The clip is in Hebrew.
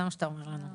זה מה שאתה אומר לנו.